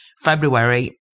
February